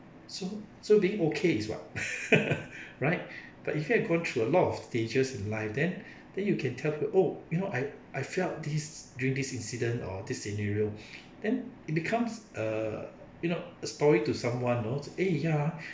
so so being okay is what right but if you had gone through a lot of stage in life then then you can tell people oh you know I I felt this during this incident or this scenario then it becomes err you know a story to someone you know eh ya ah